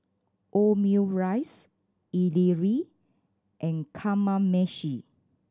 Omurice Idili and Kamameshi